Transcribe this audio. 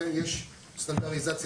יש סטנדרטיזציה.